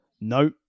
No